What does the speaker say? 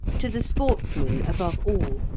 to the sportsman, above all,